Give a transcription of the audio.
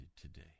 today